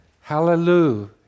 Hallelujah